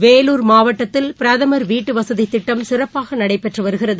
வேலூர் மாவட்டத்தில் பிரதமர் வீட்டு வசதி திட்டம் சிறப்பாக நடைபெற்றுவருகிறது